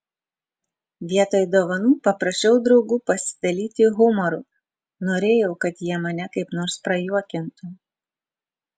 vietoj dovanų paprašiau draugų pasidalyti humoru norėjau kad jie mane kaip nors prajuokintų